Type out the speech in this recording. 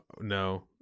No